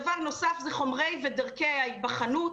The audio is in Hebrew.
דבר נוסף, חומרי ודרכי ההיבחנות.